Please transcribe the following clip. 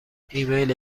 ایمیل